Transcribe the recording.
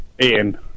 Ian